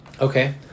Okay